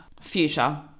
Future